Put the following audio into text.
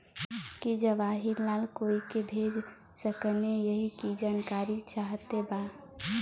की जवाहिर लाल कोई के भेज सकने यही की जानकारी चाहते बा?